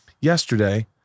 Yesterday